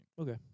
Okay